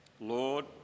Lord